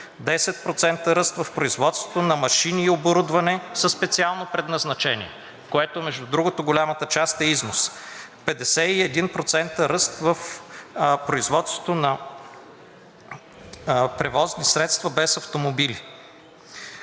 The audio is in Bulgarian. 10% ръст в производството на машини и оборудване със специално предназначение, което, между другото, голямата част е износ; 51% ръст в производството на превозни средства, без автомобили.